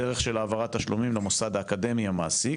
בדרך של העברת תשלומים למוסד האקדמי המעסיק,